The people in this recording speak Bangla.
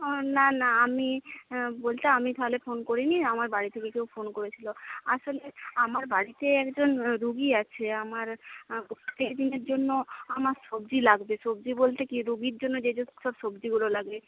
ওহ না না আমি বলতে আমি তাহলে ফোন করিনি আমার বাড়ি থেকে কেউ ফোন করেছিল আসলে আমার বাড়িতে একজন রুগী আছে আমার তিনদিনের জন্য আমার সবজি লাগবে সবজি বলতে কী রুগীর জন্য যে যেসব সবজিগুলো লাগে